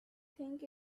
think